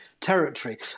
territory